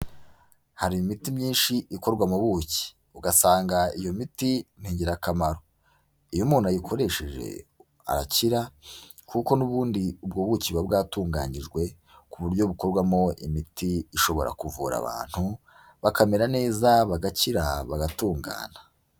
Hari imiti myinshi ikorwa mu buki. Ugasanga iyo miti ni ingirakamaro. Iyo umuntu ayikoresheje arakira, kuko n'ubundi ubwo buki buba bwatunganiijwe, ku buryo bukorwamo imiti ishobora kuvura abantu, bakamera neza, bagakira, bagatungana.